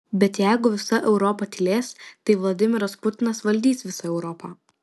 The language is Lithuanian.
bet jeigu visa europa tylės tai vladimiras putinas valdys visą europą